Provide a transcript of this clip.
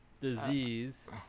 disease